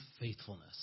faithfulness